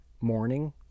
morning